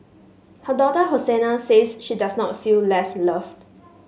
her daughter Hosanna says she does not feel less loved